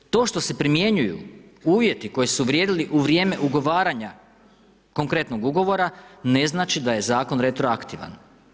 To što se primjenjuju uvjeti koji su vrijedili u vrijeme ugovaranja konkretnog ugovora ne znači da je zakon retroaktivan.